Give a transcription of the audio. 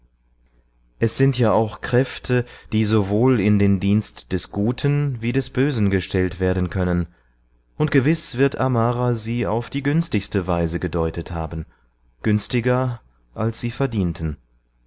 es sind ja auch kräfte die sowohl in den dienst des guten wie des bösen gestellt werden können und gewiß wird amara sie auf die günstigste weise gedeutet haben günstiger als sie verdienten